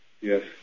Yes